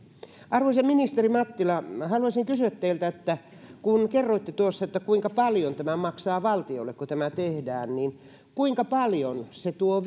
arvoisa ministeri mattila haluaisin kysyä teiltä kun kerroitte tuossa kuinka paljon maksaa valtiolle kun tämä tehdään kuinka paljon se tuo